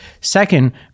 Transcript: Second